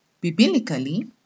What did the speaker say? Biblically